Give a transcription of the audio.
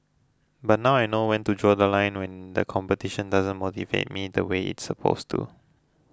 but now I know when to draw The Line when the competition doesn't motivate me the way it's supposed to